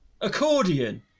accordion